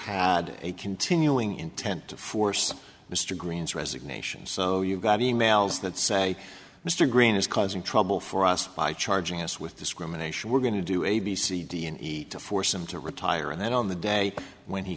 a continuing intent to force mr green's resignation so you've got emails that say mr green is causing trouble for us by charging us with discrimination we're going to do a b c d and e to force him to retire and then on the day when he